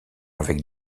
avec